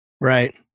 Right